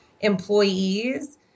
employees